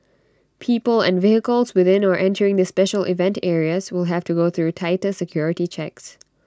people and vehicles within or entering the special event areas will have to go through tighter security checks